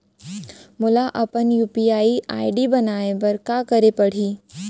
मोला अपन UPI ID बनाए बर का करे पड़ही?